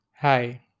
Hi